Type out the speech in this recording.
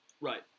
Right